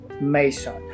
Mason